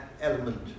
element